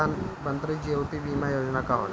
प्रधानमंत्री जीवन ज्योति बीमा योजना का होला?